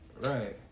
Right